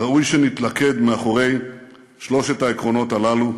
ראוי שנתלכד מאחורי שלושת העקרונות הללו,